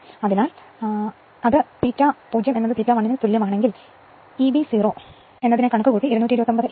അതിനാൽ അത് ∅0 ∅1 ആണെങ്കിൽ Eb 0 കണക്കുകൂട്ടിയത് 229 Eb 1 ഞങ്ങൾ 215